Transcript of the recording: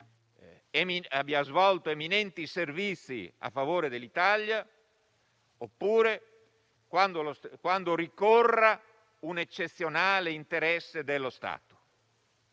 abbia svolto eminenti servizi a favore dell'Italia, oppure quando ricorra un eccezionale interesse dello Stato.